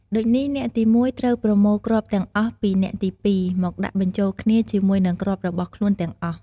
ដូចនេះ អ្នកទី១ ត្រូវប្រមូលគ្រាប់ទាំងអស់ពីអ្នកទី២ មកដាក់បញ្ចូលគ្នាជាមួយនឹងគ្រាប់របស់ខ្លួនទាំងអស់។